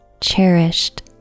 cherished